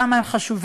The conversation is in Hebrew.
כמה הם חשובים.